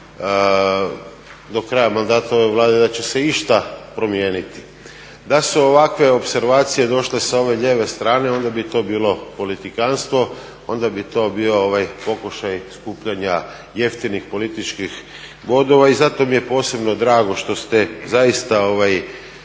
do kraja mandata ove Vlade da će se išta promijeniti. Da su ovakve opservacije došle sa ove lijeve strane onda bi to bili politikantstvo, onda bi to bio pokušaj skupljanja jeftinih političkih bodova. I zato mi je posebno drago što ste zaista